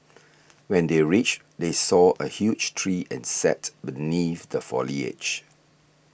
when they reached they saw a huge tree and sat beneath the foliage